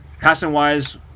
passing-wise